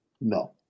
No